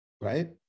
right